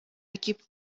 ergibt